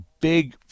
big